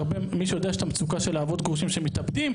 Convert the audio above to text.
מי שיודע יש את המצוקה של האבות הגרושים שמתאבדים,